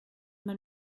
man